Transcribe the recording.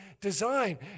design